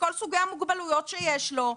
וכל סוגי המוגבלויות שיש לו.